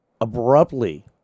abruptly